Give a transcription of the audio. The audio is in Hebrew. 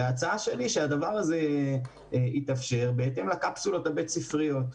ההצעה שלי שהדבר הזה יתאפשר בהתאם לקפסולות הבית ספריות.